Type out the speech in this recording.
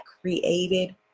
created